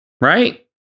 right